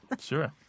Sure